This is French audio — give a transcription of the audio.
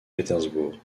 pétersbourg